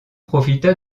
profita